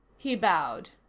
he bowed.